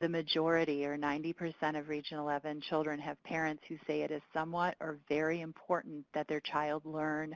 the majority or ninety percent of region xi children have parents who say it is somewhat or very important that their child learn